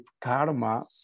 karma